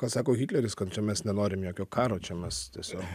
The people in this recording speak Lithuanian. ką sako hitleris kad čia mes nenorim jokio karo čia mes tiesiog